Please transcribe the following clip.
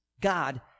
God